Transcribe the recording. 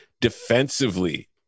defensively